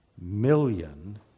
million